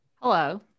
Hello